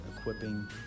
equipping